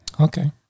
Okay